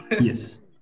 Yes